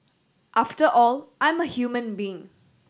after all I'm a human being